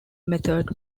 method